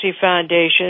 Foundation